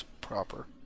proper